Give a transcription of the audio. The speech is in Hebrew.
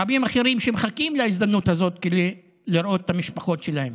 רבים אחרים שמחכים להזדמנות הזאת כדי לראות את המשפחות שלהם.